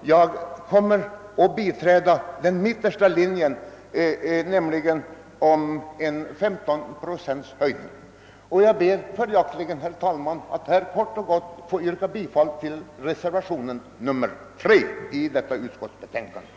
Jag kommer att biträda den linje, som ligger i mitten, nämligen om en 15 procentig höjning. Jag ber följaktligen, herr talman, att helt kort få yrka bifall till den vid förevarande betänkande fogade reservationen nr 3.